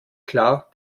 klar